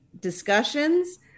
discussions